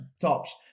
tops